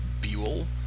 Buell